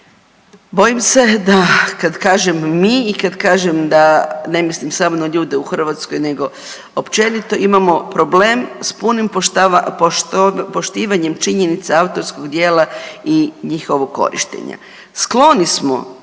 bojim se da kad kažem mi i kad kažem da, ne mislim samo na ljude u Hrvatskoj nego općenito, imamo problem s punim poštivanjem činjenica autorskog djela i njihovog korištenja. Skloni smo